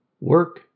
work